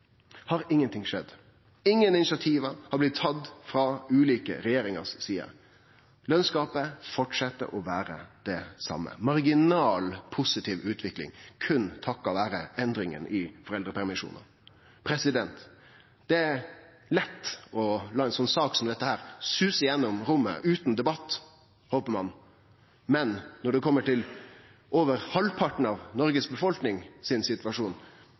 har ingenting skjedd. Ingen initiativ har blitt tatt frå noka regjering. Lønsgapet fortset å vere det same. Det er ei marginal positiv utvikling, berre takka vere endringane i foreldrepermisjonen. Det er lett å la ei sak som denne suse gjennom rommet utan debatt – håpar ein – men når det kjem til situasjonen til over halvparten av Noregs befolkning,